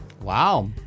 Wow